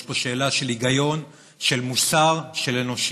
יש פה שאלה של היגיון, של מוסר, של אנושיות.